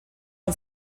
und